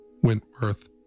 Wentworth